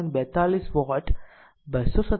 42 vote 227